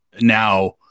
now